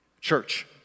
Church